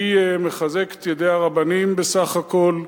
אני מחזק את ידי הרבנים, בסך הכול,